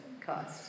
cost